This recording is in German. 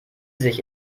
sich